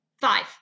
Five